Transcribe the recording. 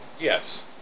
Yes